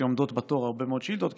שעומדות בתור הרבה מאוד שאילתות,